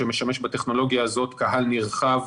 שמשמש בטכנולוגיה הזאת קהל נרחב